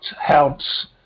helps